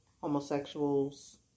homosexuals